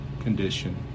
condition